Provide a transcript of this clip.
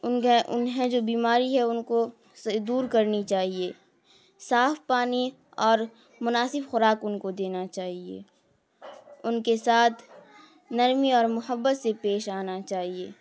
ان کے انہیں جو بیماری ہے ان کو سے دور کرنی چاہیے صاف پانی اور مناسب خوراک ان کو دینا چاہیے ان کے ساتھ نرمی اور محبت سے پیش آنا چاہیے